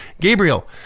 Gabriel